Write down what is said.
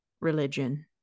religion